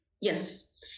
Yes